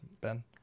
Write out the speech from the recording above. ben